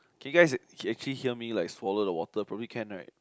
can you guys actually hear me like swallow the water probably can right